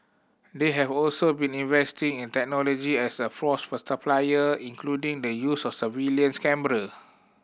they have also been investing in technology as a force multiplier including the use of surveillance camera